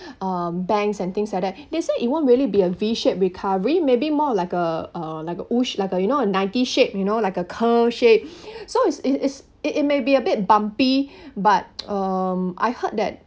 um banks and things like that they say it won't really be a V shaped recovery maybe more like a uh like a like a you know a Nike shape you know like a curved shape so is it is it it may be a bit bumpy but um I heard that